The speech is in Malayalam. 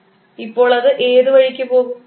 ഇപ്പോൾ അത് ഏത് വഴിക്ക് പോകും